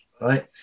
Right